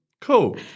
cool